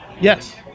yes